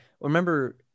remember